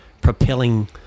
propelling